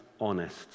honest